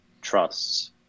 trusts